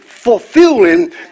fulfilling